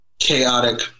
Chaotic